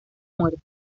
muerte